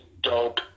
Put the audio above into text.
dope